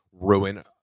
ruin